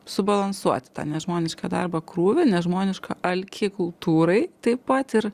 subalansuoti tą nežmonišką darbo krūvį nežmonišką alkį kultūrai taip pat ir